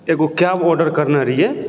एगो cab order करने रहिऐ